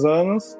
anos